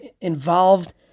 involved